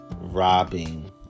robbing